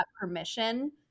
permission